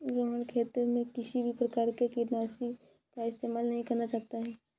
रोहण खेत में किसी भी प्रकार के कीटनाशी का इस्तेमाल नहीं करना चाहता है